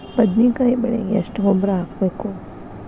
ಬದ್ನಿಕಾಯಿ ಬೆಳಿಗೆ ಎಷ್ಟ ಗೊಬ್ಬರ ಹಾಕ್ಬೇಕು?